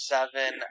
Seven